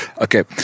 Okay